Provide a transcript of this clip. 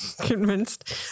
convinced